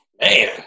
Man